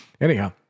Anyhow